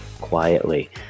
quietly